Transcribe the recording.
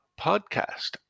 podcast